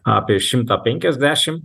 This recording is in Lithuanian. apie šimta penkiasdešim